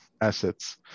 Assets